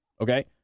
okay